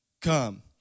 come